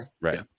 Right